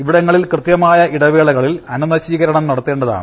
ഇവിടങ്ങളിൽ കൃത്യമായ ഇടവേള കളിൽ അണുനശീകരണം നടത്തേണ്ടതാണ്